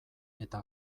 eta